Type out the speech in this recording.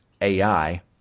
AI